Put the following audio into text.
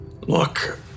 Look